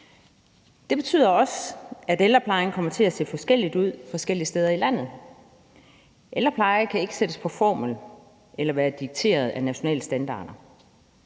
Det betyder også, at ældreplejen kommer til at se forskellig ud forskellige steder i landet. Ældrepleje kan ikke sættes på formel eller være dikteret af nationale standarder.